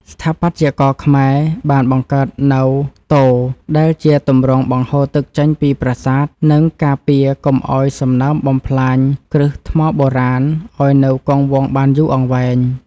ស្ថាបត្យករខ្មែរបានបង្កើតនូវទ ដែលជាទម្រង់បង្ហូរទឹកចេញពីប្រាសាទ និង ការពារកុំឱ្យសំណើមបំផ្លាញគ្រឹះថ្មបុរាណឱ្យនៅគង់វង្សបានយូរអង្វែង។